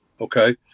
okay